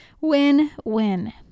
Win-win